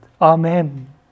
Amen